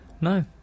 No